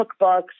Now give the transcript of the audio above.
cookbooks